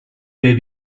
may